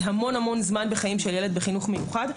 זה המון המון זמן בחיים של ילד בחינוך מיוחד.